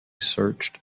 searched